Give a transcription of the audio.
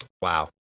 wow